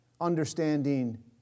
understanding